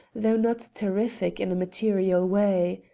though not terrific in a material way.